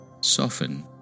Soften